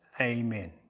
Amen